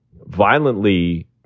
violently